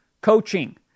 coaching